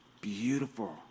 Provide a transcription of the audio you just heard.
beautiful